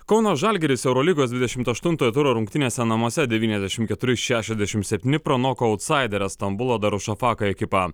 kauno žalgiris eurolygos dvidešimt aštuntojo turo rungtynėse namuose devyniasdešimt keturi šešiasdešimt septyni pranoko autsaiderę stambulo darušofaka ekipą